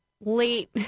late